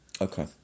Okay